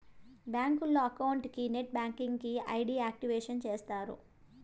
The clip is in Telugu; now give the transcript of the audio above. బ్యాంకులో అకౌంట్ కి నెట్ బ్యాంకింగ్ కి ఐ.డి యాక్టివేషన్ చేస్తారు